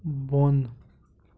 بۄن